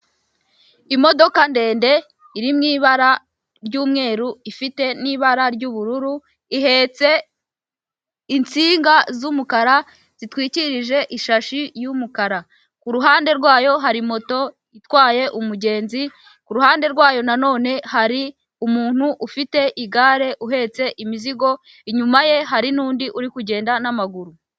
Imodoka ndende iri mu ibara ry'umweru ifite n'ibara ry'ubururu, ihetse insinga z'umukara zitwikirije ishashi y'umukara. Ku ruhande rwayo hari moto itwaye umugenzi, ku ruhande rwayo nanone hari umuntu ufite igare uhetse imizigo, inyuma ye hari n'undi uri kugenda n'amaguru.